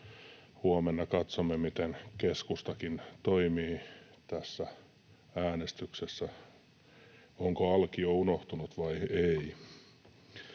huomenna katsomme, miten keskustakin toimii tässä äänestyksessä: onko Alkio unohtunut vai ei?